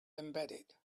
embedded